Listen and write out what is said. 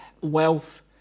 Wealth